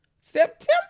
September